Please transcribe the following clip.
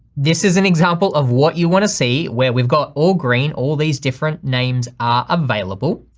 this is an example of what you wanna see where we've got all green, all these different names are available.